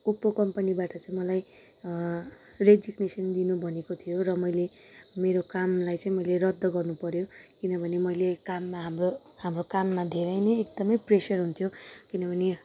Oppo कम्पनीबाट चाहिँ मलाई रेजिक्नेसन दिनु भनेको थियो र मैले मेरो कामलाई चाहिँ मैले रद्द गर्नुपऱ्यो किनभने मैले काममा हाम्रो हाम्रो काममा धेरै नै एकदमै प्रेसर हुन्थ्यो किनभने